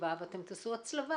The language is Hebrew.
הסביבה ותעשו הצלבה